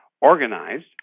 organized